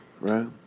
Right